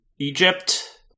Egypt